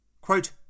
Quote